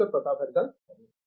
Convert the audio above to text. professor Pratap Haridas సరే